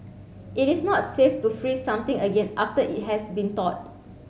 it is not safe to freeze something again after it has been thawed